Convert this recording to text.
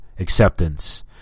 acceptance